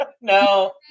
no